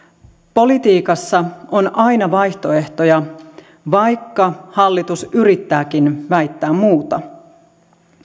politiikassa on aina vaihtoehtoja vaikka hallitus yrittääkin väittää muuta